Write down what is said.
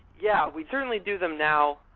yeah, we certainly do them now.